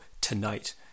tonight